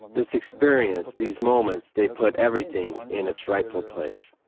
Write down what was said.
this experience, these moments, they put everything in its rightful place.